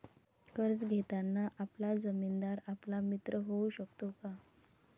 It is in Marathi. कर्ज घेताना आपला जामीनदार आपला मित्र होऊ शकतो का?